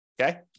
okay